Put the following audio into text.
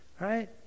right